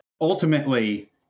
ultimately